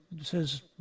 says